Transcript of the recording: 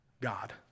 God